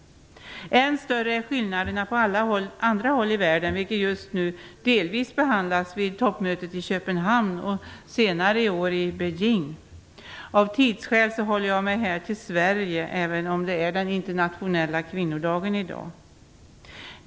Ännu större är skillnaderna på andra håll i världen, vilka just nu delvis behandlas på toppmötet i Köpenhamn. Senare i år kommer de att behandlas i Beijing. Av tidsskäl håller jag mig till Sverige, även om det är den internationella kvinnodagen i dag.